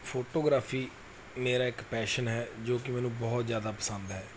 photography ਮੇਰਾ ਇੱਕ passion ਹੈ ਜੋ ਕਿ ਮੈਨੂੰ ਬਹੁਤ ਜ਼ਿਆਦਾ ਪਸੰਦ ਹੈ